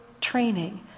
training